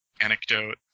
anecdote